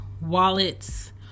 wallets